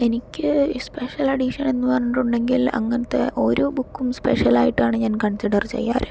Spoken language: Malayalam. എനിക്ക് സ്പെഷ്യൽ എഡിഷൻ എന്നു പറഞ്ഞിട്ടുണ്ടെങ്കിൽ അങ്ങനത്തെ ഓരോ ബുക്കും സ്പെഷ്യൽ ആയിട്ടാണ് ഞാൻ കൺസിഡർ ചെയ്യാറ്